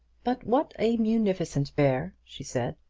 but what a munificent bear! she said.